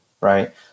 right